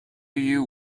you